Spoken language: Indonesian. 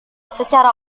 secara